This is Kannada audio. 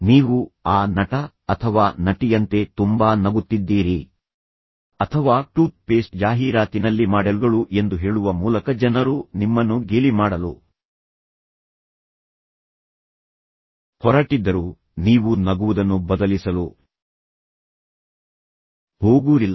ನೀವು ಆ ನಟ ಅಥವಾ ನಟಿಯಂತೆ ತುಂಬಾ ನಗುತ್ತಿದ್ದೀರಿ ಅಥವಾ ಟೂತ್ ಪೇಸ್ಟ್ ಜಾಹೀರಾತಿನಲ್ಲಿ ಮಾಡೆಲ್ಗಳು ಎಂದು ಹೇಳುವ ಮೂಲಕ ಜನರು ನಿಮ್ಮನ್ನು ಗೇಲಿ ಮಾಡಲು ಹೊರಟಿದ್ದರೂ ನೀವು ನಗುವುದನ್ನು ಬದಲಿಸಲು ಹೋಗುವುದಿಲ್ಲ